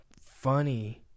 funny